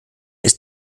ist